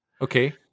Okay